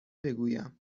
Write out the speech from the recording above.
بگویم